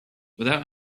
without